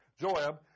Joab